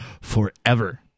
forever